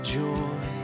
joy